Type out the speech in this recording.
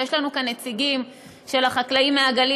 ויש לנו כאן נציגים של החקלאים מהגליל